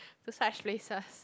to such places